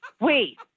Wait